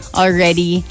already